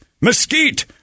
mesquite